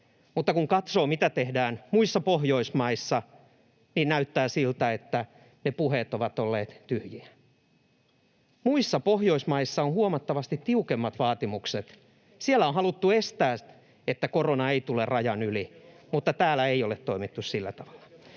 mutta kun katsoo, mitä tehdään muissa Pohjoismaissa, niin näyttää siltä, että ne puheet ovat olleet tyhjiä. Muissa Pohjoismaissa on huomattavasti tiukemmat vaatimukset. Siellä on haluttu estää se, että korona tulisi rajan yli, mutta täällä ei ole toimittu sillä tavalla.